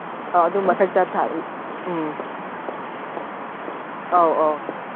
ꯑꯧ ꯑꯗꯨ ꯃꯊꯛꯇ ꯎꯝ ꯑꯧ ꯑꯧ